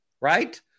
right